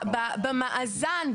במאזן,